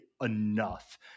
enough